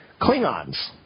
Klingons